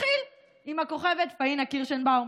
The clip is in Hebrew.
נתחיל עם הכוכבת פאינה קירשנבאום,